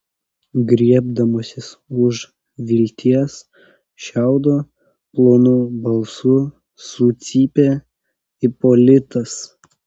griebdamasis už vilties šiaudo plonu balsu sucypė ipolitas